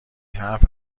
حرف